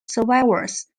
survivors